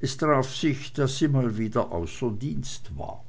es traf sich daß sie mal wieder außer dienst war